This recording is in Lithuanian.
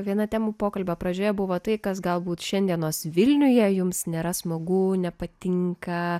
viena temų pokalbio pradžioje buvo tai kas galbūt šiandienos vilniuje jums nėra smagu nepatinka